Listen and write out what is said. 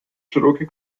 широкий